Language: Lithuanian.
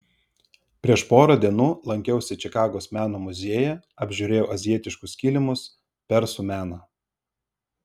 prieš porą dienų lankiausi čikagos meno muziejuje apžiūrėjau azijietiškus kilimus persų meną